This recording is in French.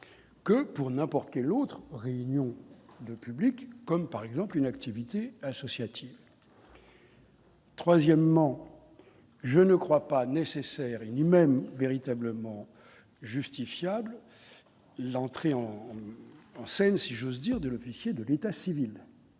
que pour n'importe quel autre réunion de public, comme par exemple une activité associative. Troisièmement, je ne crois pas nécessaire ni même véritablement justifiables l'entrée en scène, si j'ose dire, de l'officier de l'état civil,